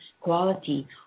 quality